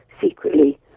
secretly